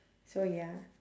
so ya